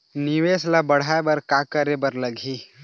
निवेश ला बढ़ाय बर का करे बर लगही?